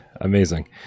Amazing